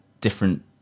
different